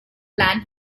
plan